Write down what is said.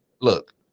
look